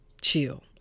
chill